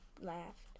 laughed